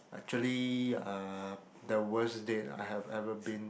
actually uh the worst date that I have ever been